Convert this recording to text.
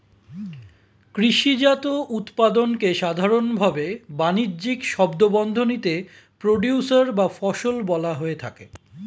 কৃষিজাত উৎপাদনকে সাধারনভাবে বানিজ্যিক শব্দবন্ধনীতে প্রোডিউসর বা ফসল বলা হয়ে থাকে